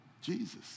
Jesus